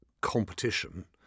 competition